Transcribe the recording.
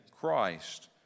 Christ